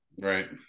Right